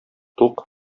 тук